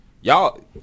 Y'all